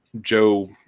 Joe